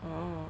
oh